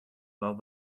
laugh